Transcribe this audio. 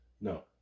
No